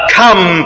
come